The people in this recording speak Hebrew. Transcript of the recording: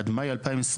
עד מאי 2024,